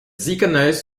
ziekenhuis